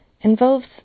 involves